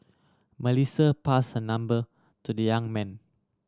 Melissa pass her number to the young man